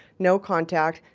no contact.